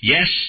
Yes